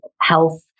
health